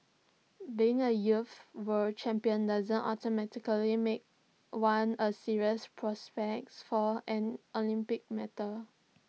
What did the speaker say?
being A youth world champion doesn't automatically make one A serious prospect for an Olympic medal